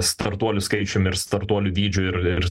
startuolių skaičium ir startuolių dydžiu ir ir